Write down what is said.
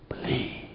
believe